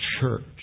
church